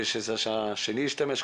באיזו שעה השני ישתמש,